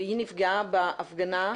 היא נפגעה בהפגנה.